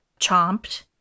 chomped